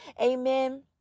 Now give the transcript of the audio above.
amen